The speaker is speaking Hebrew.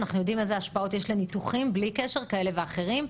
אנחנו יודעים אילו השפעות יש לניתוחים כאלה ואחרים בלי קשר.